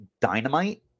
dynamite